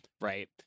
right